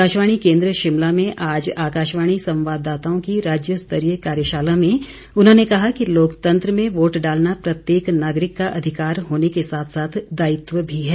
आकाशवाणी केन्द्र शिमला में आज आकाशवाणी संवाददाताओं की राज्य स्तरीय कार्यशाला में उन्होंने कहा कि लोकतंत्र में वोट डालना प्रत्येक नागरिक का अधिकार होने के साथ साथ दायित्व भी है